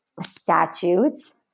statutes